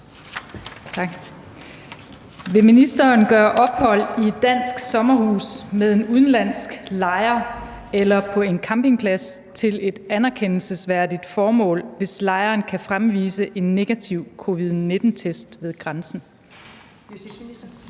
Vil ministeren gøre ophold i et dansk sommerhus med en udenlandsk lejer eller på en campingplads til et anerkendelsesværdigt formål, hvis lejeren kan fremvise en negativ covid-19-test ved grænsen?